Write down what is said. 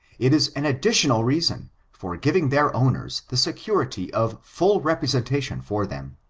it is an additional reason for giving their owners the security of full representation for them.